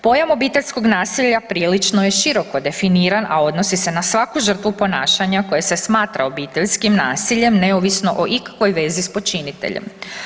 Pojam obiteljskog nasilja prilično je široko definiran, a odnosi se na svaku žrtvu ponašanja koja se smatra obiteljskim nasiljem neovisno o ikakvoj vezi s počiniteljem.